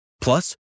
Plus